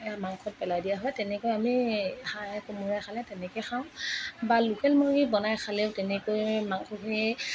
মাংসত পেলাই দিয়া হয় তেনেকুৱা আমি হাঁহে কোমোৰাই খালে তেনেকৈ খাওঁ বা লোকেল মুৰ্গী বনাই খালেও তেনেকৈয়ে মাংসখিনি